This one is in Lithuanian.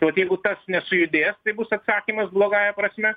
tai vat jeigu tas nesujudės tai bus atsakymas blogąja prasme